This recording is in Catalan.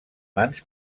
mans